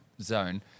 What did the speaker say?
zone